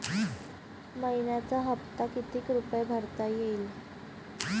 मइन्याचा हप्ता कितीक रुपये भरता येईल?